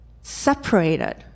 separated